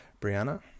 Brianna